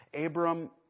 Abram